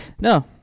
No